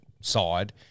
side